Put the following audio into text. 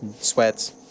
sweats